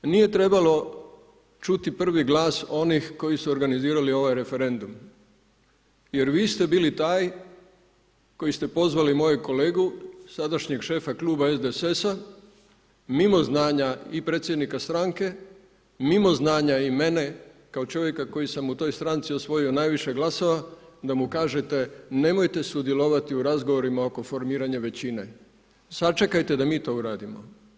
Nije trebalo čuti prvi glas onih koji su organizirali ovaj referendum jer vi ste bili taj koji ste pozvali mojeg kolegu, sadašnjeg šefa kluba SDSS-a, mimo znanja i predsjednika stranke, mimo znanja i mene kao čovjeka koji sam u toj stranci osvojio najviše glasova da mu kažete nemojte sudjelovati u razgovorima oko formiranja većine, sačekajte da mi to uradimo.